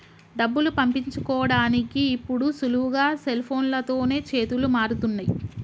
డబ్బులు పంపించుకోడానికి ఇప్పుడు సులువుగా సెల్ఫోన్లతోనే చేతులు మారుతున్నయ్